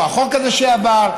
או החוק הזה שעבר,